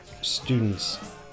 students